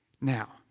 Now